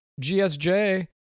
GSJ